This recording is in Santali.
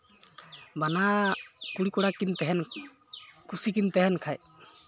ᱵᱟᱱᱟᱨ ᱠᱩᱲᱤ ᱠᱚᱲᱟ ᱠᱤᱱ ᱛᱟᱦᱮᱱ ᱠᱩᱥᱤ ᱠᱤᱱ ᱛᱟᱦᱮᱱ ᱠᱷᱟᱡ